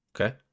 Okay